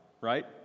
right